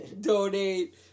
donate